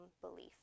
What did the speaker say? belief